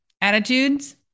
attitudes